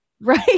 right